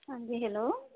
ہاں جی ہیلو